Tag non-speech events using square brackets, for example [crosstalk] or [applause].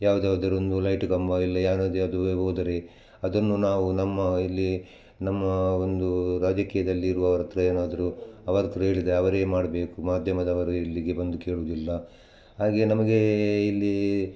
ಯಾವುದಾದರೊಂದು ಲೈಟು ಕಂಬ ಇಲ್ಲ [unintelligible] ಹೋದರೆ ಅದನ್ನು ನಾವು ನಮ್ಮ ಇಲ್ಲಿ ನಮ್ಮ ಒಂದು ರಾಜಕೀಯದಲ್ಲಿರುವವರ ಹತ್ತಿರ ಏನಾದ್ರೂ ಅವರ ಹತ್ರ ಹೇಳಿದೆ ಅವರೇ ಮಾಡ್ಬೇಕು ಮಾಧ್ಯಮದವರು ಇಲ್ಲಿಗೆ ಬಂದು ಕೇಳುವುದಿಲ್ಲ ಹಾಗೇ ನಮಗೆ ಇಲ್ಲಿ